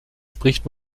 spricht